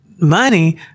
Money